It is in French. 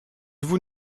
vous